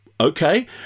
Okay